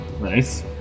Nice